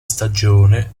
stagione